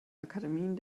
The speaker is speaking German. akademien